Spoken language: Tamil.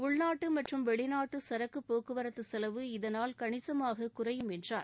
உள்நாட்டு மற்றும் வெளிநாட்டு சரக்கு போக்குவரத்து செலவு இதனால் கணிசமாக குறையும் என்றார்